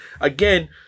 again